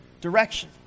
direction